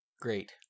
Great